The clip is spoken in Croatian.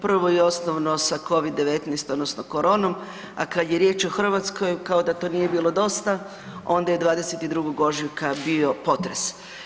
Prvo osnovno sa Covid-10 odnosno koronom, a kad je riječ o Hrvatskoj kao da to nije bilo dosta onda je 22. ožujka bio potres.